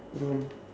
room